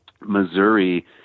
Missouri